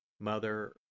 Mother